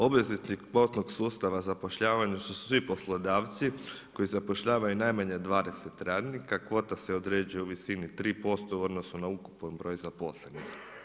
Obveza tog kvotnog sustava zapošljavanja su svi poslodavci koji zapošljavaju najmanje 20 radnika, kvota se određuje u visini 3% u odnosu na ukupan broj zaposlenik.